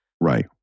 right